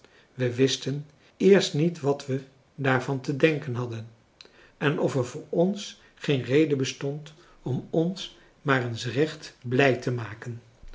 we wisten eerst niet wat we daarvan te denken hadden en of er voor ons geen reden bestond om ons maar eens recht blij te maken